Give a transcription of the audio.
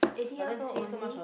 eighty years old only